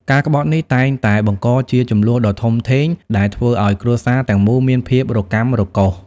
ការក្បត់នេះតែងតែបង្កជាជម្លោះដ៏ធំធេងដែលធ្វើឲ្យគ្រួសារទាំងមូលមានភាពរកាំរកូស។